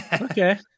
Okay